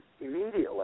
immediately